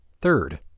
Third